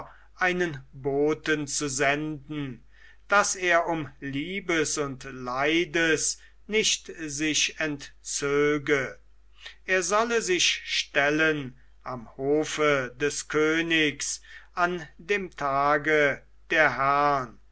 einen boten zu senden daß er um liebes und leides nicht sich entzöge er solle sich stellen am hofe des königs an dem tage der herrn